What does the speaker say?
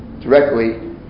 directly